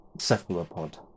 cephalopod